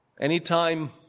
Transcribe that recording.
Anytime